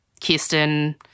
Kirsten